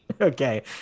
Okay